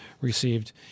received